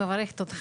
אני מברכת אותך,